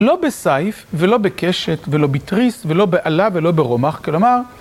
לא בסיף ולא בקשת ולא בתריס ולא באלה ולא ברומח, כלומר...